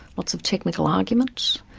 lots of technical arguments,